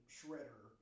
Shredder